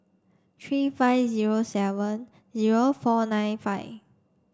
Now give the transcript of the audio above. three five zero seven zero four nine five